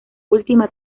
última